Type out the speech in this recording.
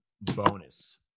bonus